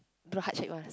do heart shape first